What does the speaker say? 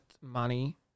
money